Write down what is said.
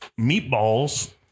meatballs